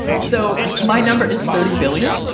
so my number is thirty billion.